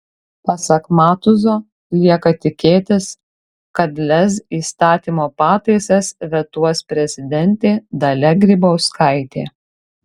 pasak matuzo lieka tikėtis kad lez įstatymo pataisas vetuos prezidentė dalia grybauskaitė